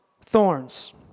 thorns